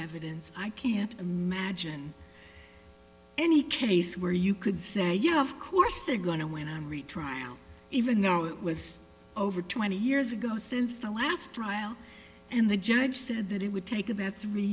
evidence i can't imagine any case where you could say you have course they're going to when i'm retrial even though it was over twenty years ago since the last trial and the judge said that it would take about three